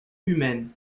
humaine